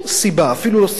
אפילו לא סיבה אחת,